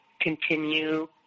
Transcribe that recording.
continue